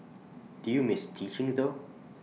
do you miss teaching though